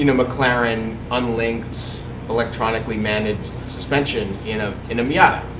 you know mclaren unlinked electronically managed suspension you know in a miata.